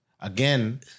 again